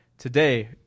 Today